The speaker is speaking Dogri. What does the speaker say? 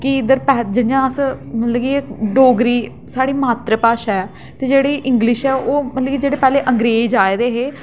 कि इद्धर पैह्लें जि'यां अस मतलब कि डोगरी साढ़ी मात्र भाशा ऐ ते जेह्ड़ी इंग्लिश ऐ ओह् मतलब कि पैह्लें अंग्रेज आए दे हे